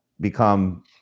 become